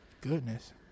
Goodness